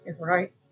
Right